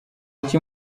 iki